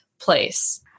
place